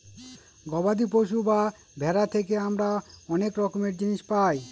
গবাদি পশু বা ভেড়া থেকে আমরা অনেক রকমের জিনিস পায়